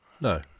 no